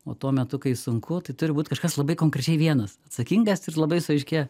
o tuo metu kai sunku tai turi būt kažkas labai konkrečiai vienas atsakingas ir labai su aiškia